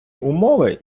умови